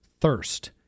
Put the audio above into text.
thirst